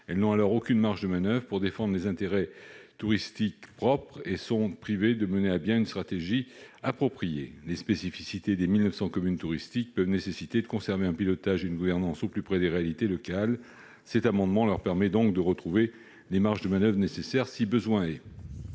Elles n'ont alors aucune marge de manoeuvre pour défendre leurs intérêts touristiques propres et sont donc privées du pouvoir de mener à bien une stratégie appropriée. Les spécificités des 1 900 communes touristiques peuvent nécessiter de conserver un pilotage de leur promotion et une gouvernance au plus près des réalités locales. Cet amendement vise à leur permettre de retrouver les marges de manoeuvre nécessaires. L'amendement